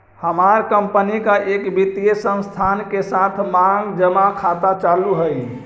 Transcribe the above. हमार कंपनी का एक वित्तीय संस्थान के साथ मांग जमा खाता चालू हई